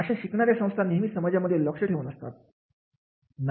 अशा शिकणाऱ्या संस्था नेहमी समाजामध्ये लक्ष ठेवून असतात